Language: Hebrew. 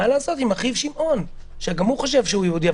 מה לעשות עם אחיו שמעון שגם הוא חושב שהוא יהודי,